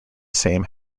same